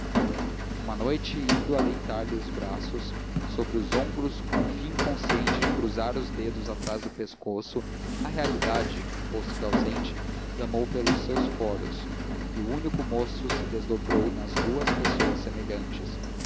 uma noite indo a deitar lhe os braços sobre os ombros com o fim inconsciente de cruzar os dedos atrás do pescoço a realidade posto que ausente clamou pelos seus foros e o único moço se desdobrou nas duas pessoas semelhantes